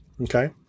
Okay